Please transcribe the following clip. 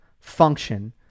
function